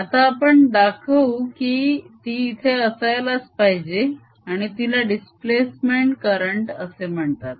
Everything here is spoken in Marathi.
आता आपण दाखवू की ती इथे असायलाच पाहिजे आणि तिला दिस्प्लेसमेंट करंट असे म्हणतात